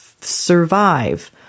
survive